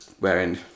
wearing